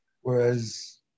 Whereas